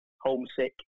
homesick